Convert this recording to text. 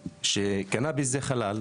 שקנביס זה ח'לאל,